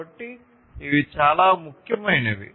కాబట్టి ఇవి చాలా ముఖ్యమైనవి